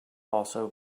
also